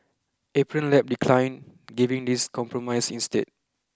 Apron Lab declined giving this compromise instead